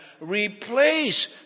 replace